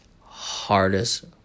hardest